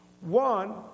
One